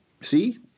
See